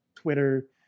twitter